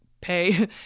pay